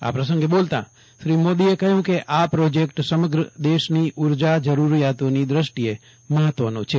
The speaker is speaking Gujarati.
આ પ્રસંગે બોલતા શ્રી મોદીએ કહ્યું કે આ પ્રોજેક્ટ સમગ્ર દેશની ઉર્જા જરૂરિયાતોની દ્રષ્ટિએ મહત્વનો છે